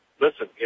listen